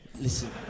Listen